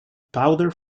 powder